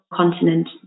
continent